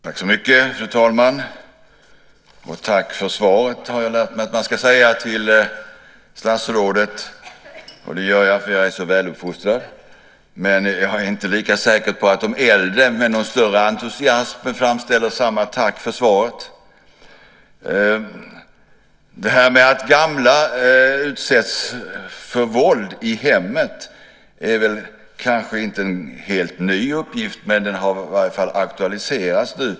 Fru talman! Tack för svaret! Jag har lärt mig att man ska säga så till statsrådet, och det gör jag eftersom jag är så väluppfostrad. Däremot är jag inte lika säker på att de äldre med någon större entusiasm framställer samma tack för svaret. Det här med att gamla utsätts för våld i hemmet är kanske inte en helt ny uppgift. Men den har i alla fall aktualiserats nu.